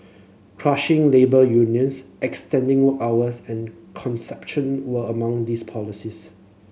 crushing labour unions extending work hours and conception were among these policies